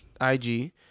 IG